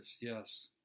yes